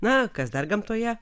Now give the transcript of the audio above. na kas dar gamtoje